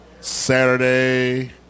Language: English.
Saturday